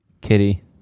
Kitty